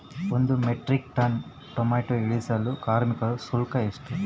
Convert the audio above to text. ಒಂದು metric tonne tomato ಇಳಿಸಲು ಕಾರ್ಮಿಕರ ಶುಲ್ಕ ಎಷ್ಟು?